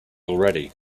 already